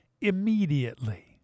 immediately